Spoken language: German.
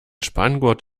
spanngurt